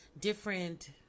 different